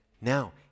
now